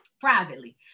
privately